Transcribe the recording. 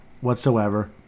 Whatsoever